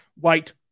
white